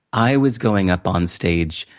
i was going up onstage,